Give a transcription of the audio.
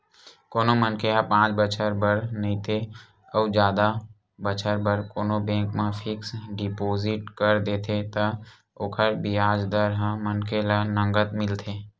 कोनो मनखे ह पाँच बछर बर नइते अउ जादा बछर बर कोनो बेंक म फिक्स डिपोजिट कर देथे त ओकर बियाज दर ह मनखे ल नँगत मिलथे